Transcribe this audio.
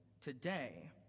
today